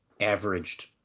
averaged